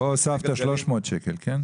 כמו שאייל